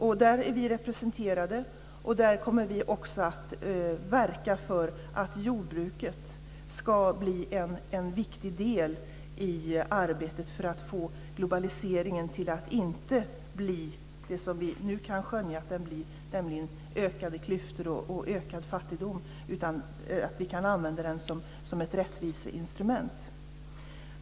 Vi är representerade i globalkommittén och kommer där att verka för att jordbruket ska bli en viktig del i arbetet för att få globaliseringen att inte leda till det som vi nu kan skönja, nämligen ökade klyftor och ökad fattigdom, utan att vi kan använda den som ett rättviseinstrument.